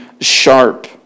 sharp